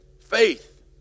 faith